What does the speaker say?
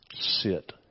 sit